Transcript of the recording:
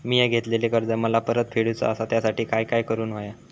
मिया घेतलेले कर्ज मला परत फेडूचा असा त्यासाठी काय काय करून होया?